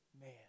man